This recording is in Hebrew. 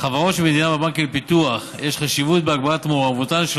לחברות של מדינה בבנקים לפיתוח יש חשיבות בהגברת מעורבותן של